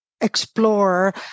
explore